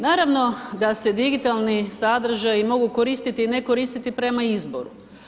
Naravno da se digitalni sadržaj mogu koristiti i ne koristiti prema izboru.